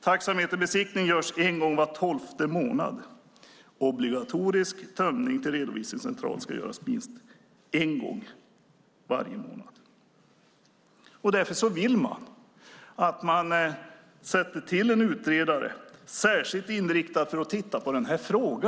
Taxameterbesiktningen görs en gång var tolfte månad. Obligatorisk tömning till redovisningscentraler ska göras minst en gång varje månad." Därför vill man att det tillsätts en utredare särskilt inriktad på att titta på denna fråga.